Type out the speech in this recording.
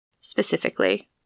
specifically